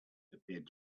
appeared